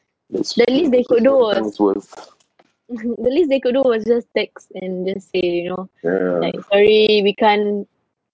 the least they could was the least they could do was just text and just say you know like sorry we can't